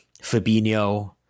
Fabinho